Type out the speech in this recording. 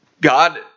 God